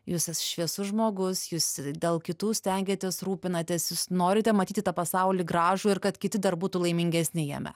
jūs tas šviesus žmogus jūs dėl kitų stengiatės rūpinatės jūs norite matyti tą pasaulį gražų ir kad kiti dar būtų laimingesni jame